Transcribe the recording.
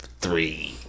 three